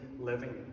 Living